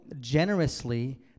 generously